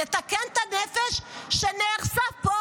נתקן את הנפש שנהרסה פה,